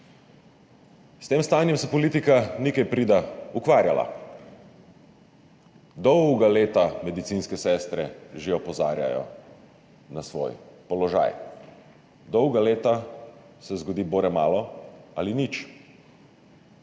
S tem stanjem se politika ni kaj prida ukvarjala. Dolga leta medicinske sestre že opozarjajo na svoj položaj, dolga leta se zgodi bore malo ali nič.